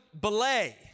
belay